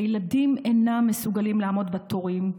הילדים אינם מסוגלים לעמוד בתורים.